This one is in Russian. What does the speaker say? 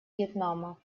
вьетнама